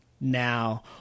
now